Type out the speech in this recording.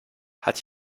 hat